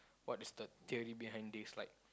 what is the theory behind this like